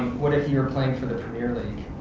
what if you're playing for the premier league?